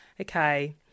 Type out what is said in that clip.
okay